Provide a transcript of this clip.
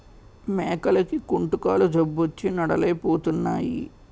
మేకలకి కుంటుకాలు జబ్బొచ్చి నడలేపోతున్నాయి